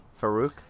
Farouk